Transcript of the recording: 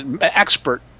expert